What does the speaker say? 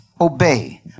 obey